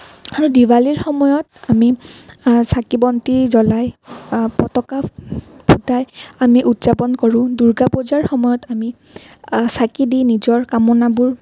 আৰু দিৱালীৰ সময়ত আমি চাকি বন্তি জ্বলাই ফটকা ফুটাই আমি উৎযাপন কৰোঁ দুৰ্গা পূজাৰ সময়ত আমি চাকি দি নিজৰ কামনাবোৰ